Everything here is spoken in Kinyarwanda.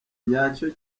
nyacyo